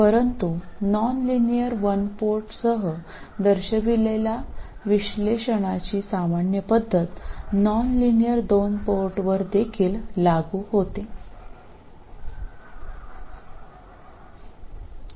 എന്നാൽ nonlinear one port ഉപയോഗിച്ച് കാണിക്കുന്ന പൊതു വിശകലന രീതി നോൺലീനിയർ ടു പോർട്ടുകൾക്കും ബാധകമായിരിക്കും